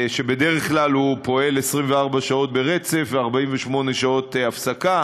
שבדרך כלל פועל 24 שעות ברצף עם 48 שעות הפסקה,